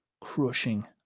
crushing